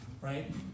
Right